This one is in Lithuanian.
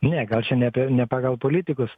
ne gal čia ne per ne pagal politikus